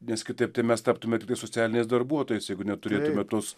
nes kitaip tai mes taptume tiktai socialiniais darbuotojais jeigu neturėtume tos